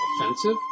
Offensive